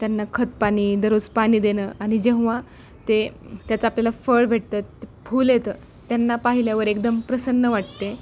त्यांना खतपाणी दरोज पाणी देणं आणि जेव्हा ते त्याचं आपल्याला फळ भेटतं फूल येतं त्यांना पाहिल्यावर एकदम प्रसन्न वाटते